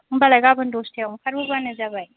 होनबालाय गाबोन दसतायाव ओंखारबोबानो जाबाय